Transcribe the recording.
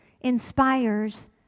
inspires